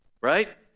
Right